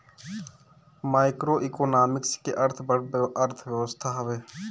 macroeconomics के अर्थ बड़ अर्थव्यवस्था हवे